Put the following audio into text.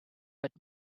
but